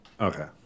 Okay